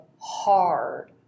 hard